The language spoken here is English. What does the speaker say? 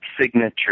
signature